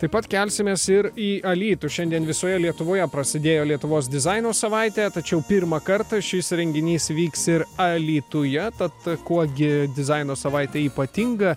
taip pat kelsimės ir į alytų šiandien visoje lietuvoje prasidėjo lietuvos dizaino savaitė tačiau pirmą kartą šis renginys vyks ir alytuje tad kuo gi dizaino savaitė ypatinga